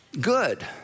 good